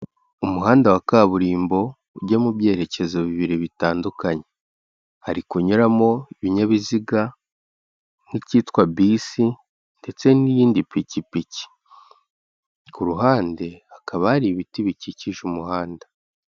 Umuhanda wa kaburimbo ujya mu byerekezo bibiri bitandukanye, hari kunyuramo ibinyabiziga nk'ikitwa bisi ndetse n'iyindi pikipiki, ku ruhande hakaba hari ibiti bikikije umuhanda.